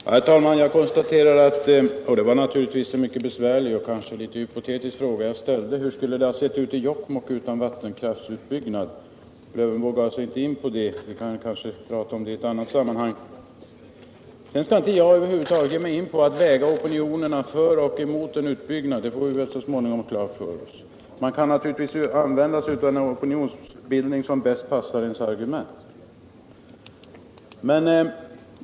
Herr talman! Det var naturligtvis en mycket besvärlig och hypotetisk Torsdagen den fråga jag ställde: Hur skulle det ha sett ut i Jokkmokk utan vatten 15 december 1977 kraftsutbyggnad? Alf Lövenborg går inte in på den frågan, men vi kanske kan prata om den i ett annat sammanhang. Den fysiska Jag skall över huvud taget inte ge mig in på att väga opinioner för = riksplaneringen för eller emot en utbyggnad. Man kan naturligtvis använda sig av den opi = vattendrag i norra nionsbildning som bäst passar ens argument.